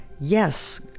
yes